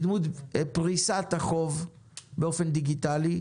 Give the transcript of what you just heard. בדמות פריסת החוב באופן דיגיטלי,